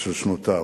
של שנותיו.